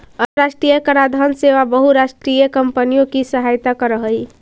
अन्तराष्ट्रिय कराधान सेवा बहुराष्ट्रीय कॉम्पनियों की सहायता करअ हई